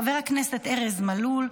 חבר הכנסת ארז מלול,